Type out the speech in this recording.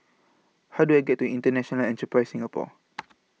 How Do I get to International Enterprise Singapore